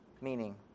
meaning